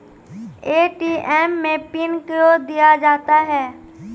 ATM मे pin कयो दिया जाता हैं?